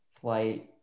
flight